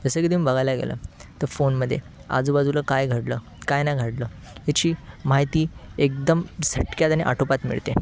जसं की तुम्ही बघायला गेलं तर फोनमध्ये आजूबाजूला काय घडलं काय नाही घडलं ह्याची माहिती एकदम झटक्यात आणि आटोपात मिळते